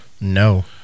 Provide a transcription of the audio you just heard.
no